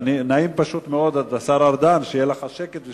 אני מאוד מודה לכם על שיתוף הפעולה.